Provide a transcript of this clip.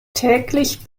täglich